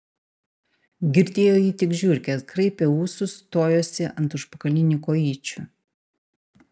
girdėjo jį tik žiurkės kraipė ūsus stojosi ant užpakalinių kojyčių